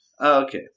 Okay